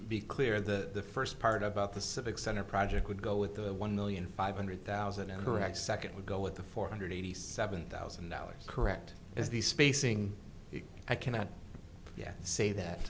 be clear that the first part about the civic center project would go with the one million five hundred thousand and her exec it would go with the four hundred eighty seven thousand dollars correct is the spacing i cannot yet say that